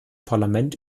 parlament